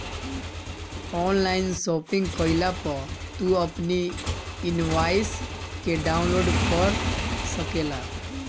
online shopping कईला पअ तू अपनी इनवॉइस के डाउनलोड कअ सकेला